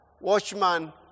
Watchman